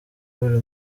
buri